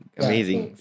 amazing